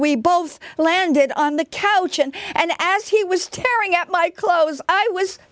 we both landed on the couch and and as he was tearing at my clothes i was